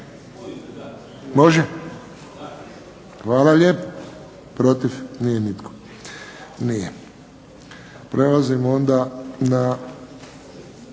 Može? Hvala lijepo. Protiv? Nije nitko. Prelazimo na točku